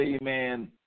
amen